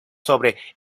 sobre